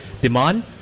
Demand